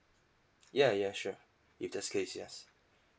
ya ya sure if that's the case yes